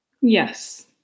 yes